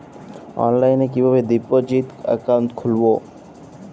অনলাইনে কিভাবে deposit account খুলবো?